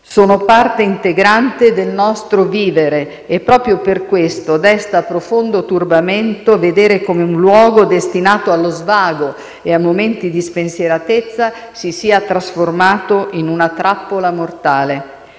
sono parte integrante del nostro vivere e, proprio per questo, desta profondo turbamento vedere come un luogo destinato allo svago e a momenti di spensieratezza si sia trasformato in una trappola mortale.